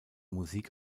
musik